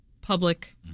public